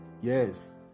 yes